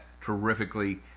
terrifically